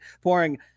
pouring